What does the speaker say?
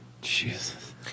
Jesus